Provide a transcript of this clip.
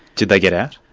did they get out?